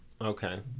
Okay